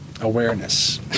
awareness